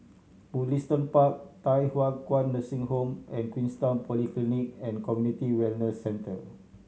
Mugliston Park Thye Hua Kwan Nursing Home and Queenstown Polyclinic and Community Wellness Centre